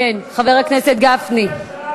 כן, חבר הכנסת גפני.